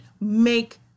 make